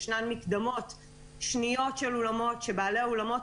ישנן מקדמות שניות של אולמות שבעלי האולמות